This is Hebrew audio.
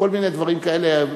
כל מיני דברים כאלה.